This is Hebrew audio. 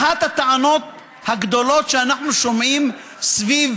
אחת הטענות הגדולות שאנחנו שומעים סביב